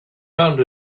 found